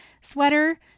sweater